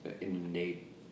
innate